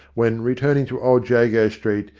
when, returning to old jago street,